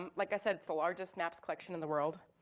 um like i said, it's the largest maps collection in the world.